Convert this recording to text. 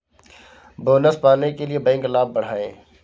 bonus पाने के लिए बैंक लाभ बढ़ाएं